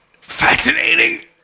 Fascinating